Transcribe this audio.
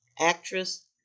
actress